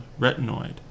retinoid